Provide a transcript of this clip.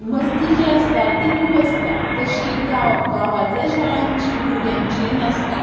मस्ती जी आसता ती खूब आसता तशी गांव गांवांतल्या शाळांचीं भुरग्यांची नासता